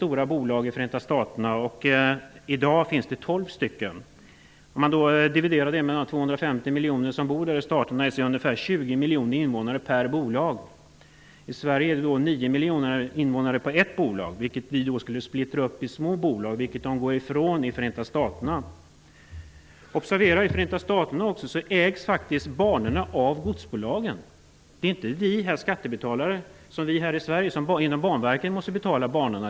Om man dividerar det antalet med de 250 miljoner som bor i Staterna blir det ungefär 20 miljoner invånare per bolag. I Sverige är det 9 miljoner invånare på ett bolag. Detta bolag skulle vi splittra upp i små bolag. Den metoden går man ifrån i Förenta staterna. Observera att banorna faktiskt ägs av godsbolagen i Förenta staterna. Det är inte skattebetalarna som måste betala banorna genom banverken, vilket är fallet i Sverige.